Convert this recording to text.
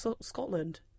Scotland